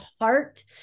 heart